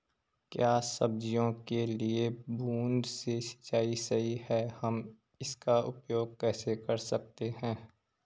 क्या सब्जियों के लिए बूँद से सिंचाई सही है हम इसका उपयोग कैसे कर सकते हैं?